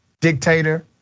dictator